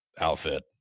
outfit